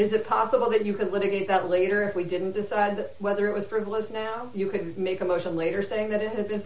is it possible that you could litigate that later we didn't decide whether it was frivolous now you can make a motion later saying that it has been